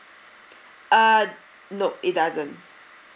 uh no it doesn't